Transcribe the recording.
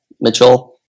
Mitchell